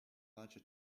larger